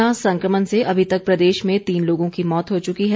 corona संक्रमण से अभी तक प्रदेश में तीन लोगों की मौत हो चुकी है